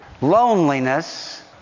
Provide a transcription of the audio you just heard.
loneliness